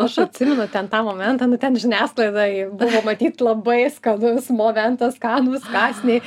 aš atsimenu ten tą momentą nu ten žiniasklaidai buvo matyt labai skanus momentas skanūs kąsniai